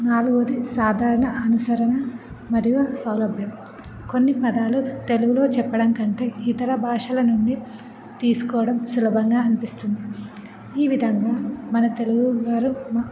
నాలుగవది సాధారణ అనుసరణ మరియు సౌలభ్యం కొన్ని పదాలు తెలుగులో చెప్పడం కంటే ఇతర భాషల నుండి తీసుకోవడం సులభంగా అనిపిస్తుంది ఈ విధంగా మన తెలుగు వారు